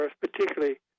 particularly